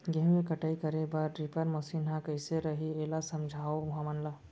गेहूँ के कटाई करे बर रीपर मशीन ह कइसे रही, एला समझाओ हमन ल?